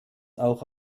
auch